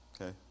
Okay